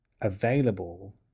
available